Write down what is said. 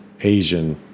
Asian